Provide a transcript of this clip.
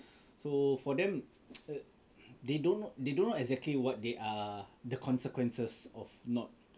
so for them they don't know they don't know exactly what they are the consequences of not